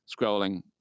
scrolling